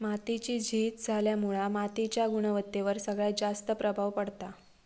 मातीची झीज झाल्यामुळा मातीच्या गुणवत्तेवर सगळ्यात जास्त प्रभाव पडता